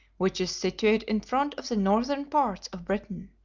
which is situate in front of the northern parts of britain.